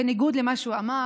בניגוד למה שהוא אמר.